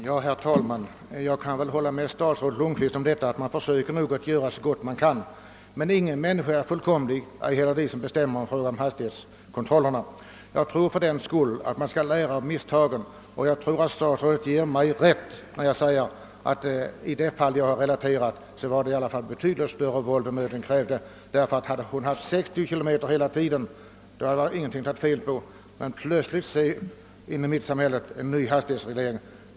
Herr talman! Jag kan hålla med statsrådet om att man nog försöker göra så gott man kan, men ingen människa är fullkomlig, ej heller de som bestämmer i fråga om hastighetskontrollerna. Jag tror fördenskull att man skall lära av misstagen. Jag tror också att statsrådet ger mig rätt när jag säger att man i det fall jag har relaterat tog till betydligt större våld än nöden krävde. Hade den tillåtna hastigheten varit 60 km/ tim hade det inte funnits någonting att ta fel på. Nu kommer plötsligt en ny hastighetsgräns mitt inne i samhället.